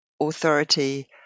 Authority